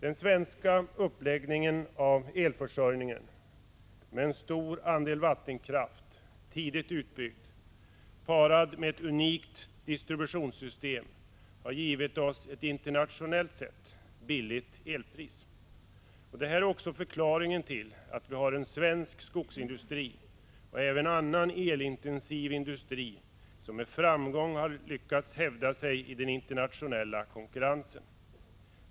Den svenska uppläggningen av elförsörjningen, med en stor andel vattenkraft — tidigt utbyggd — tillsammans med ett unikt distributionssystem har givit oss ett internationellt sett lågt elpris. Detta är också förklaringen till att vi har en svensk skogsindustri och även annan elintensiv industri som med framgång har lyckats hävda sig i den internationella konkurrensen.